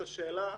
את השאלה,